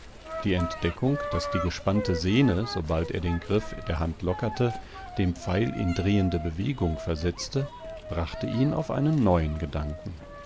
die entdeckung daß die gespannte sehne sobald er den griff der hand lockerte den pfeil in drehende bewegung versetzte brachte ihn auf einen neuen gedanken